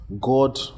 God